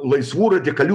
laisvų radikalių